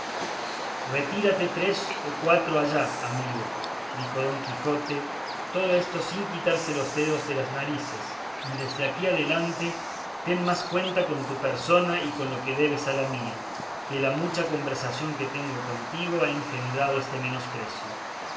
retírate tres o cuatro allá amigo dijo don quijote todo esto sin quitarse los dedos de las narices y desde aquí adelante ten más cuenta con tu persona y con lo que debes a la mía que la mucha conversación que tengo contigo ha engendrado este